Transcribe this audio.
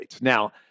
Now